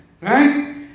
Right